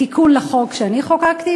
תיקון לחוק שחוקקתי.